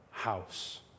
house